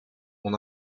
mon